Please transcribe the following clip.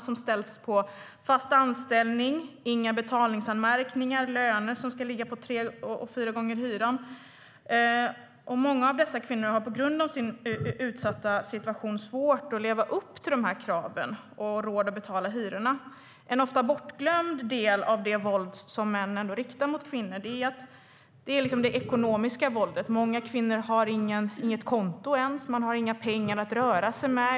Det ställs krav på fast anställning, inga betalningsanmärkningar och löner som ska ligga på tre eller fyra gånger hyran. Många av dessa kvinnor har på grund av sin utsatta situation svårt att leva upp till de här kraven och har inte råd att betala hyrorna. En ofta bortglömd del av det våld män riktar mot kvinnor är det ekonomiska våldet. Många kvinnor har inte ens ett konto, och man har inga pengar att röra sig med.